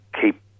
keep